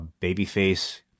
Babyface